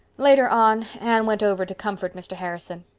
later on anne went over to comfort mr. harrison.